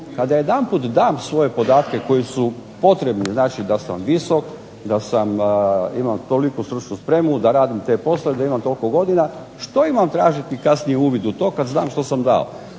Kada jedanput dam svoje podatke koji su potrebni, znači da sam visok, imam toliku stručnu spremu, da radim te poslove, da imam toliko godina, što imam tražiti kasnije uvid u to kad znam što sam dao.